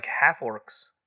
half-orcs